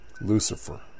Lucifer